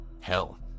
Hell